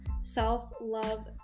self-love